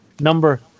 number